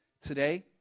Today